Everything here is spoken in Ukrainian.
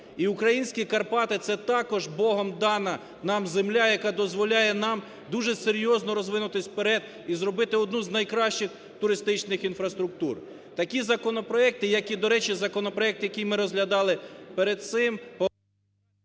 українські Карпати – це також Богом дана нам земля, яка дозволяє нам дуже серйозно розвинутись вперед і зробити одну з найкращих туристичних інфраструктур. Такі законопроекти як і, до речі, законопроект,